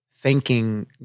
thanking